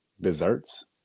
desserts